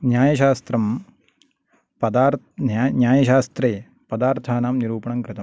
न्यायशास्त्रं पदा न्यायशास्त्रे पदार्थानां निरूपणं कृतं